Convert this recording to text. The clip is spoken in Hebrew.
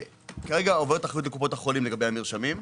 כרגע עוברת האחריות לקופות החולים לגבי המרשמים,